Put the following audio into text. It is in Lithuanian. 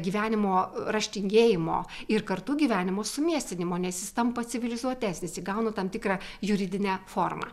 gyvenimo raštingėjimo ir kartu gyvenimo sumiestinimo nes jis tampa civilizuotesnis įgauna tam tikrą juridinę formą